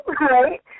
right